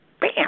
bam